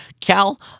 Cal